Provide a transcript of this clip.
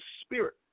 spirit